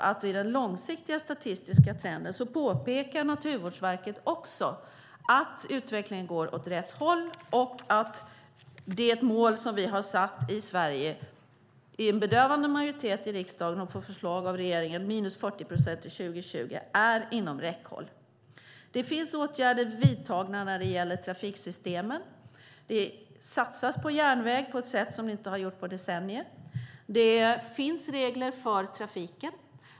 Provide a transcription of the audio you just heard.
I den långsiktiga statistiska trenden påpekar dessutom Naturvårdsverket att utvecklingen går åt rätt håll och att det mål som vi har satt i Sverige genom en bedövande riksdagsmajoritet och på förslag av regeringen, minus 40 procent till 2020, är inom räckhåll. Det finns åtgärder vidtagna när det gäller trafiksystemen. Det satsas på järnväg på ett sätt som inte har skett på decennier. Det finns regler för trafiken.